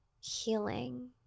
healing